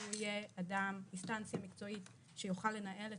שהוא יהיה אינסטנציה מקצועית שיוכל לנהל את